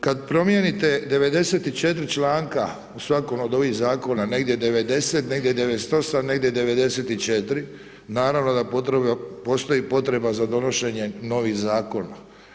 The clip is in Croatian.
Kad promijenite 94 članka u svakom od ovih zakona, negdje 90, negdje 98, negdje 94, naravno da postoji potreba za donošenjem novih zakona.